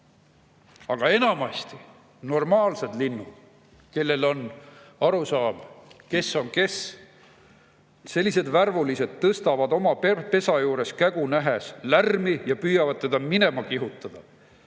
Aga enamasti normaalsed linnud, kes saavad aru, kes on kes, sellised värvulised, tõstavad oma pesa juures kägu nähes lärmi ja püüavad teda minema kihutada.